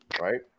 right